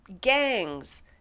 gangs